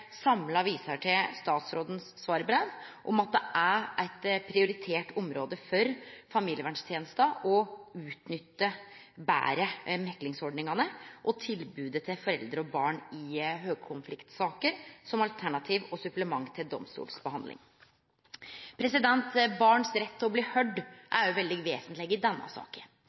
samla viser til statsrådens svarbrev om at det er eit prioritert område for familieverntenesta å utnytte betre meklingsordningane og tilbodet til foreldre og barn i høgkonfliktsaker som alternativ og supplement til domstolsbehandling. Barns rett til å bli høyrde er òg veldig vesentleg i denne saka